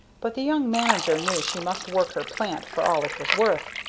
but the young manager knew she must work her plant for all it was worth,